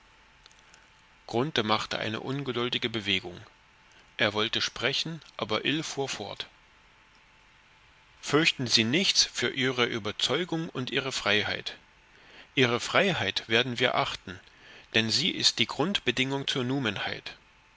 machte eine ungeduldige bewegung er wollte sprechen aber ill fuhr fort fürchten sie nichts für ihre überzeugung und ihre freiheit ihre freiheit werden wir achten denn sie ist die grundbedingung zur